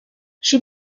she